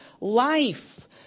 life